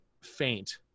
faint